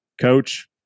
Coach